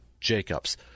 Jacobs